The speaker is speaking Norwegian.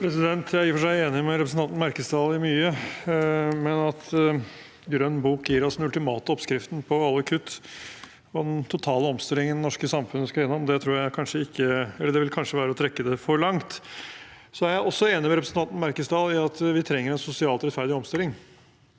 Jeg er i og for seg enig med representanten Merkesdal i mye, men at grønn bok gir oss den ultimate oppskriften på alle kutt og den totale omstillingen det norske samfunnet skal gjennom, vil kanskje være å trekke det for langt. Jeg er også enig med representanten Merkesdal i at vi trenger en sosialt rettferdig omstilling,